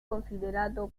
considerado